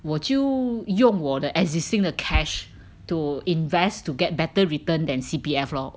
我就用我的 existing 的 cash to invest to get better return than C_P_F lor